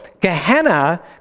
Gehenna